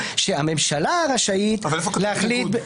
פה שהממשלה רשאית להחליט -- אבל איפה כתוב "בניגוד"?